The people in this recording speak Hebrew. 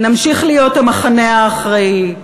נמשיך להיות המחנה האחראי,